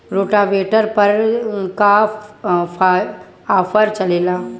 Rotavator पर का offer चलता?